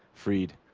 freed.